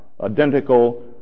identical